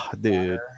Dude